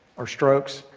or strokes,